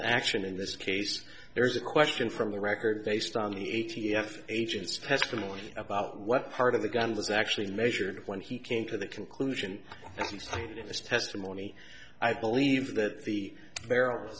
bolt action in this case there is a question from the record based on the a t f agents testimony about what part of the gun was actually measured when he came to the conclusion in this testimony i believe that the bar